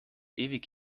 ewig